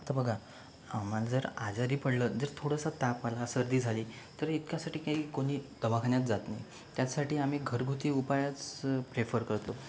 आता बघा जर आजारी पडलं जर थोडासा ताप आला सर्दी झाली तर इतक्यासाठी काही कोणी दवाखान्यात जात नाही त्याचसाठी आम्ही घरगुती उपायच प्रेफर करतो